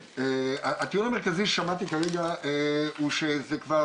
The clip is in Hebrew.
הטיעון המרכזי ששמעתי כרגע הוא שזה כבר